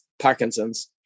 Parkinson's